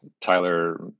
Tyler